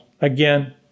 Again